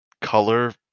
color